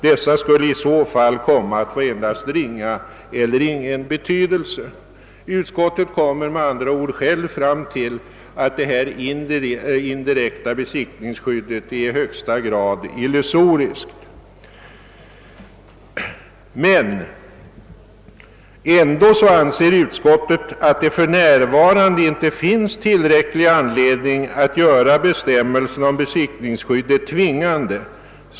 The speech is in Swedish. Dessa skulle i så fall komma att få endast ringa eller ingen betydelse.» Utskottet kommer, med andra ord, självt fram till slutsatsen att det indirekta besittningsskyddet är i högsta grad illusoriskt. Men ändå anser utskottet att det för närvarande inte finns tillräcklig anledning att göra lagreglerna om besittningsskyddet tvingande.